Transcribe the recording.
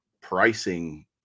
pricing